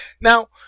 Now